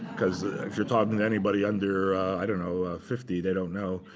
because if you're talking anybody under i don't know, fifty, they don't know.